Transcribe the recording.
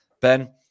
Ben